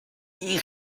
این